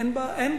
אין בה הרבה.